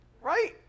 right